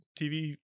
TV